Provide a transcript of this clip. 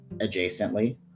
adjacently